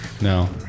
no